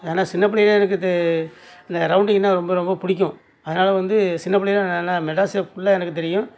ஏன்னால் சின்ன பிள்ளையில் எனக்கு தெ ந ரௌண்டிங்னால் ரொம்ப ரொம்ப பிடிக்கும் அதனால வந்து சின்னப் பிள்ளையில் நான் நான் மெட்ராஸை ஃபுல்லாக எனக்கு தெரியும்